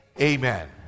amen